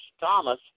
Thomas